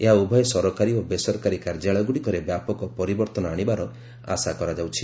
ଏହା ଉଭୟ ସରକାରୀ ଓ ବେସରକାରୀ କାର୍ଯ୍ୟାଳୟଗୁଡ଼ିକରେ ବ୍ୟାପକ ପରିବର୍ତ୍ତନ ଆଣିବାର ଆଆ କରାଯାଉଛି